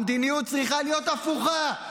המדיניות צריכה להיות הפוכה.